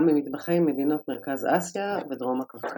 במטבחי מדינות מרכז אסיה ודרום הקווקז.